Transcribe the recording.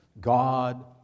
God